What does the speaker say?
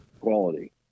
quality